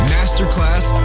Masterclass